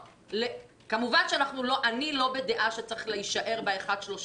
כמובן שאני לא בדעה שצריך להישאר ב-1.3